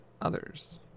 others